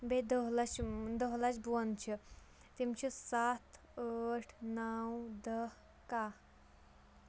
بیٚیہِ دہ لَچھ دہ لَچھ بۄن چھِ تِم چھِ سَتھ ٲٹھ نَو دہ کاہ